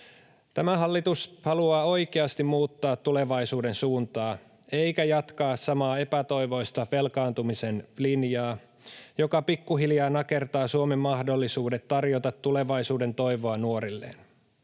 Tämä hallitus haluaa oikeasti muuttaa tulevaisuuden suuntaa eikä jatkaa samaa epätoivoista velkaantumisen linjaa, joka pikkuhiljaa nakertaa Suomen mahdollisuudet tarjota tulevaisuuden toivoa nuorilleen.